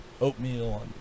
oatmeal